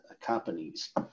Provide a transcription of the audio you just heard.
companies